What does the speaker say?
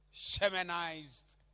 Shamanized